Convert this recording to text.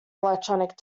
electronic